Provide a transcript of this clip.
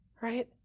Right